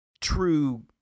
true